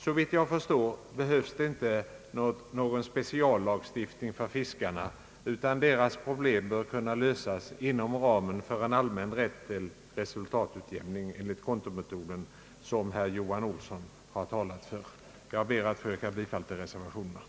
Såvitt jag förstår behövs ingen spe ciallagstiftning för fiskarna. Deras problem bör kunna lösas inom ramen för en allmän rätt till resultatutjämning enligt kontometoden som herr Johan Olsson har talat för. Jag ber att få yrka bifall till reservationerna.